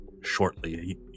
shortly